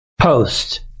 post